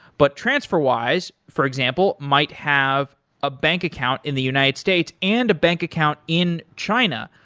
but transferwise, for example, might have a bank account in the united states and a bank account in china,